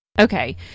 Okay